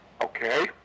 Okay